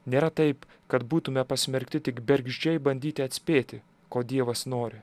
nėra taip kad būtume pasmerkti tik bergždžiai bandyti atspėti ko dievas nori